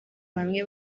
bamwe